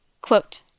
Quote